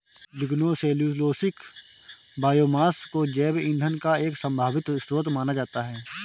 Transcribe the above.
lignocellulosic biomass को जैव ईंधन का एक संभावित स्रोत माना जाता है